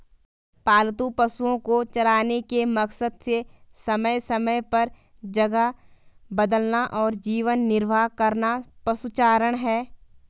पालतू पशुओ को चराने के मकसद से समय समय पर जगह बदलना और जीवन निर्वाह करना पशुचारण है